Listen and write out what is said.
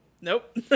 Nope